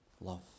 love